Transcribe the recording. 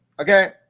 Okay